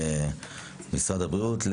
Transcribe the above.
משרד הבריאות,